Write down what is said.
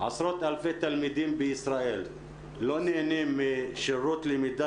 עשרות אלפי תלמידים בישראל לא נהנים משירות למידה